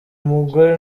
umugore